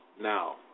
Now